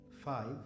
Five